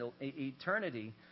eternity